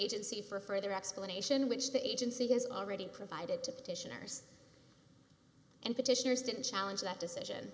agency for further explanation which the agency has already provided to petitioners and petitioners didn't challenge that decision